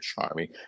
charming